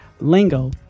lingo